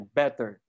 better